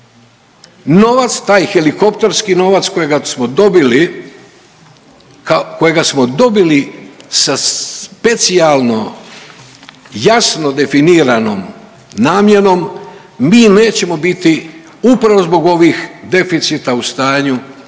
Novac, taj helikopterski novac kojega smo dobili sa specijalno jasno definiranom namjenom mi nećemo biti upravo zbog ovih deficita u stanju